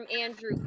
Andrew